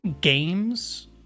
games